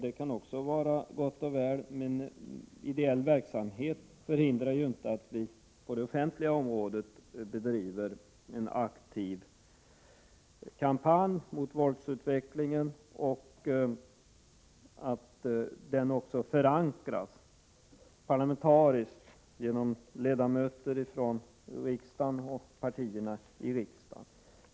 Det kan också vara gott och väl, men ideell verksamhet förhindrar inte att vi på det offentliga området för en aktiv kampanj mot våldet och att detta förankras parlamentariskt genom ledamöter från riksdagen och partierna i riksdagen.